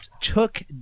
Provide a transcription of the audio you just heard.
took